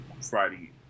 Friday